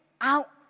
out